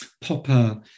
Popper